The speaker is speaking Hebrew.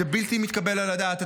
זה בלתי מתקבל על הדעת.